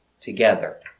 together